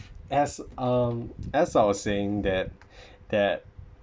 as um as I was saying that that